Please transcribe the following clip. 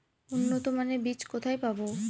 উন্নতমানের বীজ কোথায় পাব?